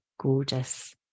gorgeous